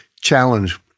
challenge